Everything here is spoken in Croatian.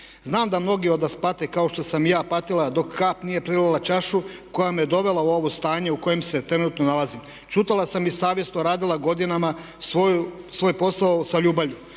Znam da mnogi od nas pate kao što sam i ja patila dok kap nije prelila čašu koja me dovela u ovo stanje u kojem se trenutno nalazim. Šutjela sam i savjesno radila godinama svoj posao sa ljubavlju.